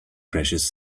precious